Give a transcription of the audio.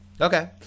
Okay